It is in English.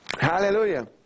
Hallelujah